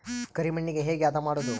ಕರಿ ಮಣ್ಣಗೆ ಹೇಗೆ ಹದಾ ಮಾಡುದು?